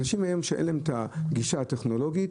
אנשים שאין להם את הגישה הטכנולוגית,